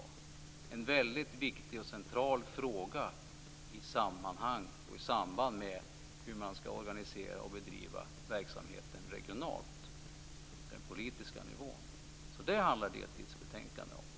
Det är en väldigt viktig och central fråga i sammanhanget och i samband med hur man skall organisera och bedriva verksamheten regionalt på den politiska nivån. Det är vad delbetänkandet handlar om.